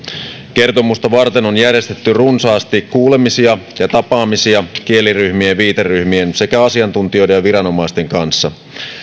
kertomusta varten on järjestetty runsaasti kuulemisia ja tapaamisia kieliryhmien ja viiteryhmien sekä asiantuntijoiden ja viranomaisten kanssa